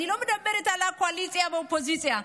אני לא מדברת על הקואליציה והאופוזיציה.